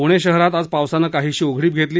प्णे शहरात आज पावसानं काहीशी उघडीप घेतली